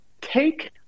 take